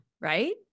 Right